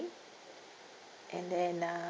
and then uh